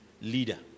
leader